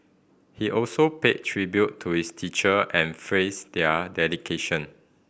he also paid tribute to his teacher and frees their dedication